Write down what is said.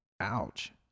Ouch